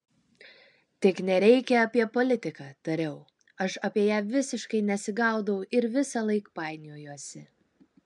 tik nereikia apie politiką tariau aš apie ją visiškai nesigaudau ir visąlaik painiojuosi